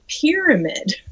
pyramid